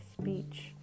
speech